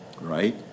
Right